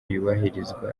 yubahirizwa